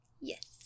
yes